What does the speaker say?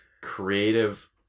creative